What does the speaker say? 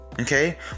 Okay